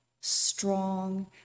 strong